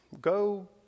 go